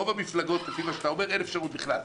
רוב המפלגות, לפי מה שאתה אומר - אין אפשרות בכלל.